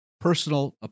personal